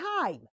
time